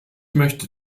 möchte